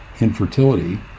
infertility